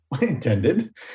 intended